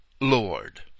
Lord